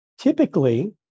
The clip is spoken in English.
Typically